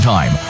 Time